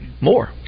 more